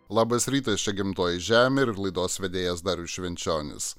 labas rytas čia gimtoji žemė ir laidos vedėjas darius švenčionis